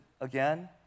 again